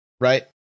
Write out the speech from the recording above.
right